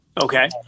Okay